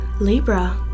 Libra